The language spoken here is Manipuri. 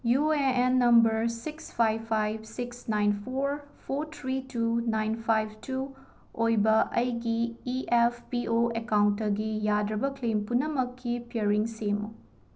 U A N number six five five six nine four four three two nine five two ꯑꯣꯏꯕ ꯑꯩꯒꯤ ꯏ ꯑꯦꯐ ꯄꯤ ꯑꯣ ꯑꯦꯀꯥꯎꯟꯇꯒꯤ ꯌꯥꯗ꯭ꯔꯕ ꯀ꯭ꯂꯦꯝ ꯄꯨꯝꯅꯃꯛꯀꯤ ꯄ꯭ꯌꯔꯤꯡ ꯁꯦꯝꯃꯨ